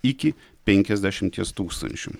iki penkiasdešimties tūkstančių